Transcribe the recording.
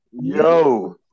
Yo